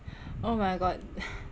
oh my god